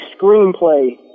screenplay